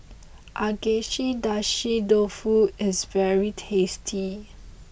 Agedashi Dofu is very tasty